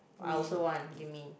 I also want give me